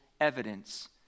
evidence